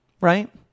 Right